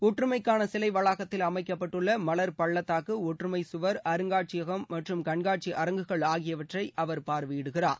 ஒற்றுமைக்கான சிலை வளாகத்தில் அமைக்கப்பட்டுள்ள ஒற்றுமைச்சுவர் அருங்காட்சியகம் மற்றும் கண்காட்சி அரங்குகள் ஆகியவற்றை அவர் பார்வையிடுகிறார்